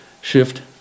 shift